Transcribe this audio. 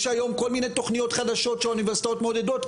יש היום כל מיני תכניות חדשות שהאוניברסיטאות מעודדות.